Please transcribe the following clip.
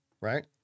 right